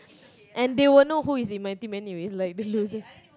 and they will know who is in my team anyways